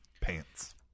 pants